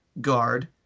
guard